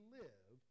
live